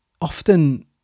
often